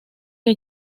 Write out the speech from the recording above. que